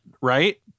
right